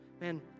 man